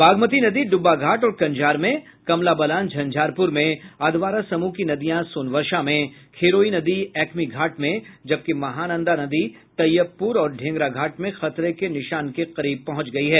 बागमती नदी डुब्बाघाट और कंझार में कमला बलान झंझारपुर में अधवारा समूह की नदियां सोनवर्षा में खिरोई नदी एकमी घाट में जबकि महानंदा नदी तैयबपुर और ढ़ेंगराघाट में खतरे के निशान के करीब पहुंच गयी है